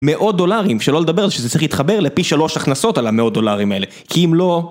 מאות דולרים, לא לדבר על זה שזה צריך להתחבר לפי שלוש הכנסות על המאות דולרים האלה כי אם לא...